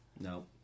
no